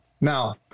Now